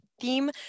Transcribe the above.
theme